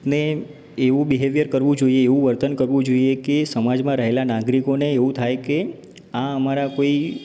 ને એવું બીહેવિઅર કરવું જોઈએ એવું વર્તન કરવું જોઈએ કે સમાજમાં રહેલાં નાગરિકોને એવું થાય કે આ અમારા કોઈ